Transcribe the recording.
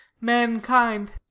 Mankind